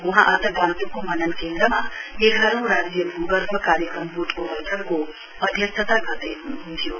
वहाँ आज गान्तोकको मनन केन्द्रमा एधारौं राज्य भूगर्भ कार्यक्रम वोर्डको बैठकको अध्यक्षता गर्दै हनुहन्थ्यो